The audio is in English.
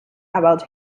about